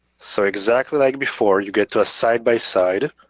so exactly like before you get to a side by side.